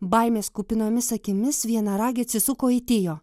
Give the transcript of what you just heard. baimės kupinomis akimis vienaragė atsisuko į tio